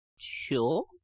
Sure